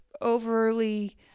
overly